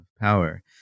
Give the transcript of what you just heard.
power